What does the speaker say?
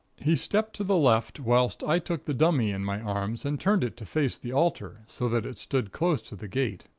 he stepped to the left whilst i took the dummy in my arms and turned it to face the altar, so that it stood close to the gate.